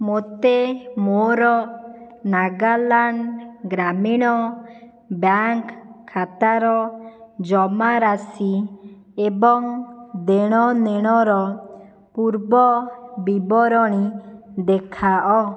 ମୋତେ ମୋର ନାଗାଲାଣ୍ଡ ଗ୍ରାମୀଣ ବ୍ୟାଙ୍କ ଖାତାର ଜମାରାଶି ଏବଂ ଦେଣନେଣର ପୂର୍ବ ବିବରଣୀ ଦେଖାଅ